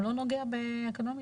הוא לא נוגע באקונומיקה.